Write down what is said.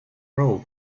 role